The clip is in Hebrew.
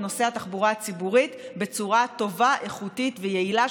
את נושא התחבורה הציבורית בצורה טובה איכותית ויעילה,